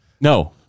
No